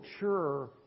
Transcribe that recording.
mature